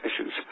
issues